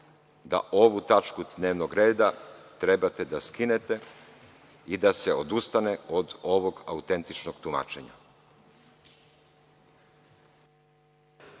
da ovu tačku dnevnog reda trebate da skinete i da se odustane od ovog autentičnog tumačenja.